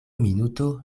minuto